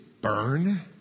burn